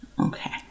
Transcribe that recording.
Okay